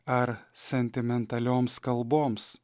ar sentimentalioms kalboms